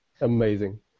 amazing